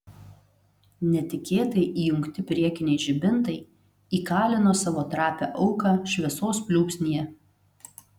netikėtai įjungti priekiniai žibintai įkalino savo trapią auką šviesos pliūpsnyje